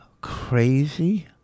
crazy